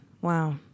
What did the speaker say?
Wow